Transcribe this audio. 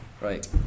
Right